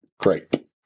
Great